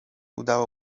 udało